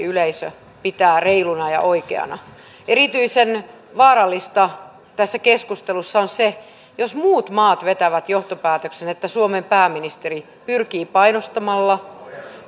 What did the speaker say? yleisö pitää reiluna ja oikeana erityisen vaarallista tässä keskustelussa on se jos muut maat vetävät johtopäätöksen että suomen pääministeri pyrkii painostamalla